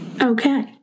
Okay